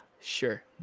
sure